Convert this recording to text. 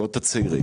הצעירים?